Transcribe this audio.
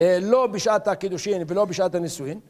לא בשעת הקידושין ולא בשעת הנשואין